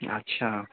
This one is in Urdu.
اچھا